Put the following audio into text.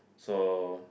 so